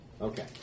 Okay